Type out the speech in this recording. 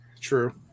True